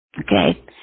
okay